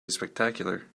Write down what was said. spectacular